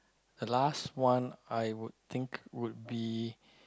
the last one I would think would be